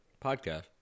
podcast